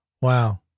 Wow